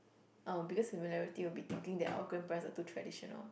oh because similarity will be thinking that our grandparents are too traditional